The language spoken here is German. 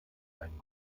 einen